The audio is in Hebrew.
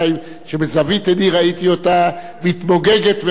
שבזווית עיני ראיתי אותה מתמוגגת מנחת.